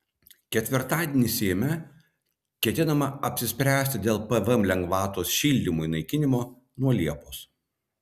ketvirtadienį seime ketinama apsispręsti dėl pvm lengvatos šildymui naikinimo nuo liepos